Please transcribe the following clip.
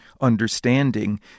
understanding